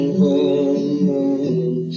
home